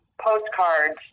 postcards